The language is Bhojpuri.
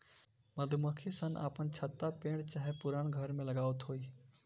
मधुमक्खी सन अपन छत्ता पेड़ चाहे पुरान घर में लगावत होई